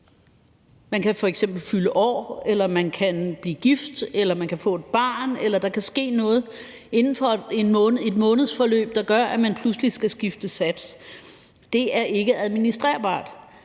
Man kan f.eks. fylde år, eller man kan blive gift, eller man kan få et barn, eller der kan ske noget inden for et månedsforløb, der gør, at man pludselig skal skifte sats. Det er ikke administrerbart,